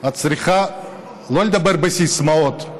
את צריכה לא לדבר בסיסמאות.